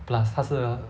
plus 它是